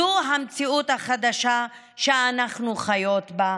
זו המציאות החדשה שאנחנו חיות בה.